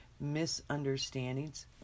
misunderstandings